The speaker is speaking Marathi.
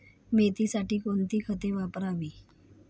मेथीसाठी कोणती खते वापरावी?